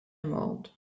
involved